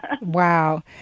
wow